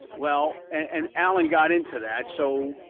well and alan got into that so,